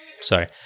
sorry